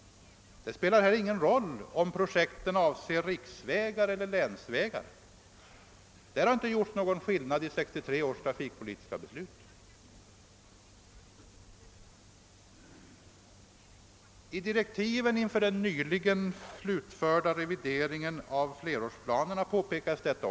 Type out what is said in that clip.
Det spelar ingen roll om projekten avser riksvägar eller länsvägar; därvidlag gjordes det inte någon skillnad i 1963 års trafikpolitiska beslut. Även i direktiven för den nyligen slutförda revideringen av flerårsplanen påpekas detta.